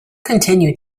continued